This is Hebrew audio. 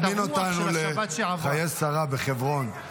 חשבתי שבאת להזמין אותנו לחיי שרה בחברון.